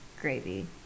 gravy